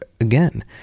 Again